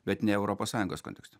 bet ne europos sąjungos kontekste